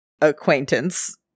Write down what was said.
acquaintance